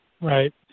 Right